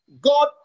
God